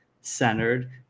centered